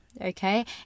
okay